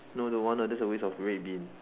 no don't want that's a waste of red bean